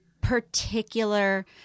particular